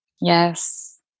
Yes